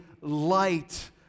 light